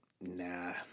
nah